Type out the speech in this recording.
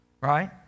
right